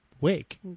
wake